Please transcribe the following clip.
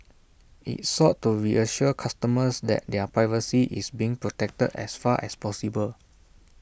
IT sought to reassure customers that their privacy is being protected as far as possible